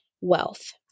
wealth